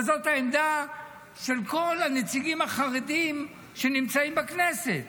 אבל זאת העמדה של כל הנציגים החרדים שנמצאים בכנסת,